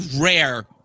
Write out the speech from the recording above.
rare